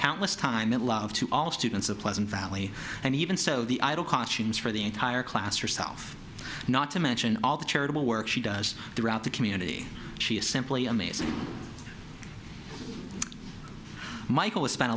countless time and love to all students of pleasant valley and even so the idle caution is for the entire class herself not to mention all the charitable work she does throughout the community she is simply amazing michael spent